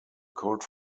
cold